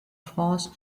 france